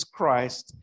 Christ